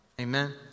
Amen